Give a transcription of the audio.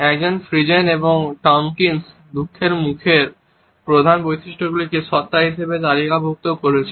Ekman Friesen এবং Tomkins দুঃখের মুখের প্রধান বৈশিষ্ট্যগুলিকে সত্তা হিসাবে তালিকাভুক্ত করেছেন